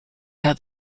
how